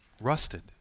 rusted